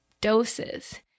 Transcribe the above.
doses